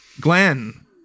Glenn